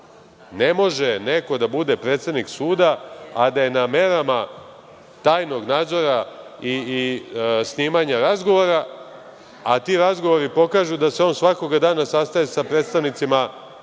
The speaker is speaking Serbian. može neko da bude predsednik suda, a da je na merama tajnog nadzora i snimanja razgovora, a ti razgovori pokažu da se on svakoga dana sastaje sa predstavnicima